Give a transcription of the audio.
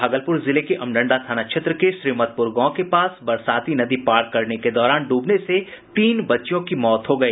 भागलपुर जिले के अमडंडा थाना क्षेत्र के श्रीमतपुर गांव के पास बरसाती नदी पार करने के दौरान ड्रबने से तीन बच्चियों की मौत हो गई